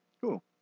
Cool